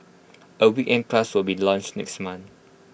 A weekend class will be launched next month